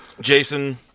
Jason